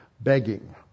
begging